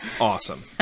Awesome